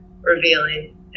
revealing